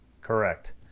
Correct